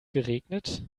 geregnet